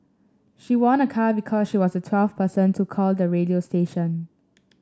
she won a car because she was the twelfth person to call the radio station